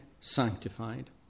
sanctified